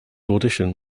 audition